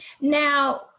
Now